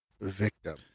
victim